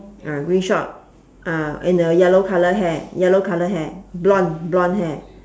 ah green short ah and a yellow colour hair yellow colour hair blonde blonde hair